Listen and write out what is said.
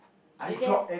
you can